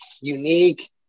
unique